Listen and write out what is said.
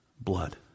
Blood